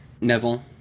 Neville